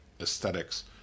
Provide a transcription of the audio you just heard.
aesthetics